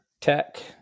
tech